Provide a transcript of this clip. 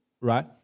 right